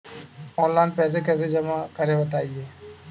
Online पैसा कैसे जमा करें बताएँ?